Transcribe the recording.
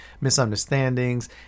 misunderstandings